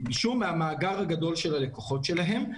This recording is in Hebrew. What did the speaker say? משום המאגר הגדול של הלקוחות שלהם,